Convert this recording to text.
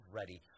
ready